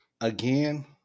Again